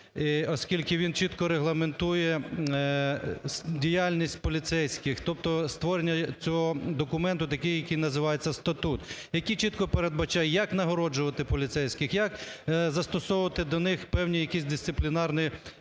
оскільки він чітко регламентує діяльність поліцейських. Тобто створення цього документу такий, який називається статут, який чітко передбачає як нагороджувати поліцейських, як застосовувати до них певні якісь дисциплінарні